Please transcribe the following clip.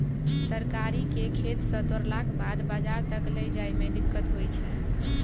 तरकारी केँ खेत सँ तोड़लाक बाद बजार तक लए जाए में दिक्कत होइ छै